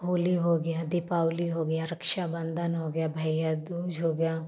होली हो गया दीपावली हो गया रक्षा बंधन हो गया भैया दूज हो गया